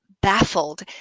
baffled